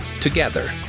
together